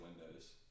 windows